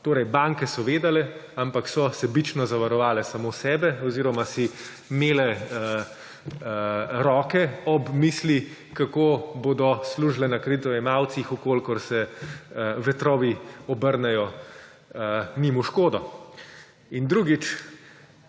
Torej, banke so vedele, ampak so sebično zavarovale samo sebe oziroma si mele roke ob misli, kako bodo služile na kreditojemalcih, če se vetrovi obrnejo njim v škodo. In drugič,